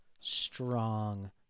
strong